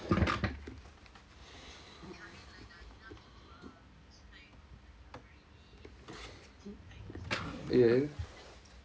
yes